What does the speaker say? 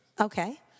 Okay